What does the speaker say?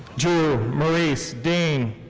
drew maurice dean.